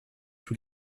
tous